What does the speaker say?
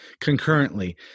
concurrently